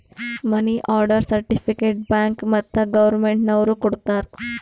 ಮನಿ order certificate bank ಮತ್ತ್ government ನವ್ರು ಕೊಡ್ತಾರ